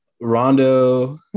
Rondo